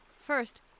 First